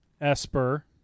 Esper